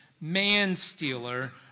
man-stealer